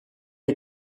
est